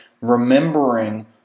remembering